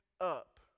up